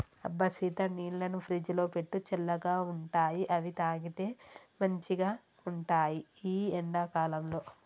అబ్బ సీత నీళ్లను ఫ్రిజ్లో పెట్టు చల్లగా ఉంటాయిఅవి తాగితే మంచిగ ఉంటాయి ఈ ఎండా కాలంలో